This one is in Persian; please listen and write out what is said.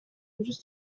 روز